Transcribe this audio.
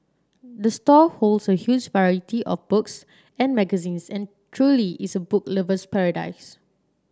the store holds a huge variety of books and magazines and truly is a book lover's paradise